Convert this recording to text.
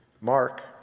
Mark